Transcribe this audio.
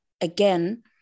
again